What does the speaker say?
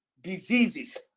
diseases